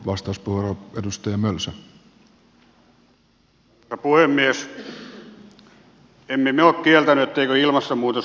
emme me ole kieltäneet etteikö ilmastonmuutos olisi mahdollista